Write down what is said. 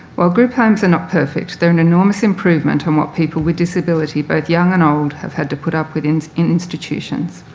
while group homes are not perfect, they're an enormous improvement on what people with disability both young and old have had to put up with in institutions.